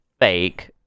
fake